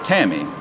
Tammy